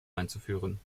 einzuführen